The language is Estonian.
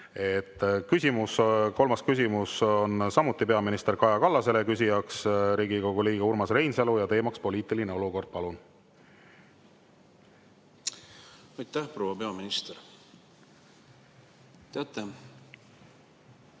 Kolmas küsimus on samuti peaminister Kaja Kallasele, küsija on Riigikogu liige Urmas Reinsalu ja teema on poliitiline olukord. Palun! Aitäh! Proua peaminister! Teate,